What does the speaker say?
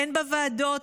הן בוועדות,